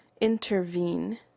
intervene